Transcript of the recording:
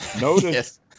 notice